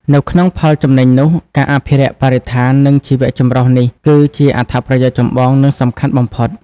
នៅក្នុងផលចំណេញនោះ ការអភិរក្សបរិស្ថាន និងជីវៈចម្រុះនេះគឺជាអត្ថប្រយោជន៍ចម្បង និងសំខាន់បំផុត។